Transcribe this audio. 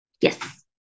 yes